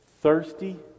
thirsty